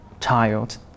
child